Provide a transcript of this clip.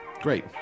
Great